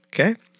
Okay